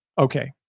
okay,